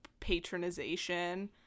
patronization